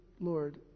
Lord